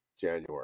January